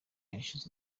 yashize